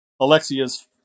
Alexia's